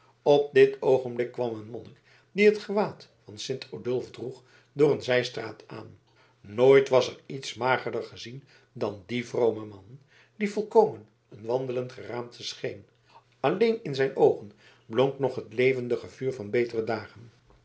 op dit oogenblik kwam een monnik die het gewaad van sint odulf droeg door een zijstraat aan nooit was er iets magerder gezien dan die vrome man die volkomen een wandelend geraamte scheen alleen in zijn oogen blonk nog het levendige vuur van betere dagen